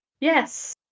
Yes